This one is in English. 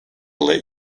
let